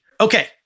Okay